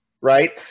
right